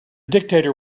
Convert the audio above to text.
dictator